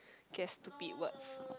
guess stupid words